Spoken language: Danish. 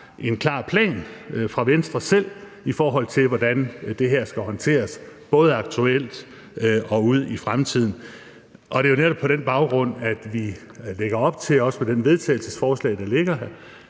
en klar plan fra Venstre selv i forhold til, hvordan det her skal håndteres, både aktuelt og ude i fremtiden. Det er jo netop på den baggrund, at vi lægger op til med det forslag til vedtagelse, der ligger,